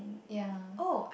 ya